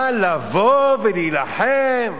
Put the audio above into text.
אבל לבוא ולהילחם,